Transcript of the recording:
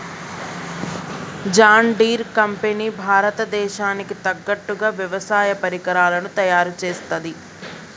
John Deere company భారత దేశానికి తగ్గట్టుగా వ్యవసాయ పరికరాలను తయారుచేస్తది